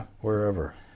wherever